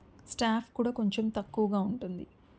staff కూడా కొంచెం తక్కువగా ఉంటుంది